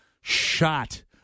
shot